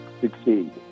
succeed